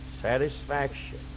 Satisfaction